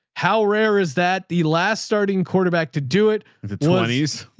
how rare is that? the last starting quarterback to do it? the twenties?